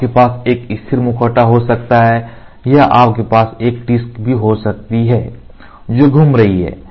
आपके पास एक स्थिर मुखौटा हो सकता है या आपके पास एक डिस्क भी हो सकती है जो घूम रही है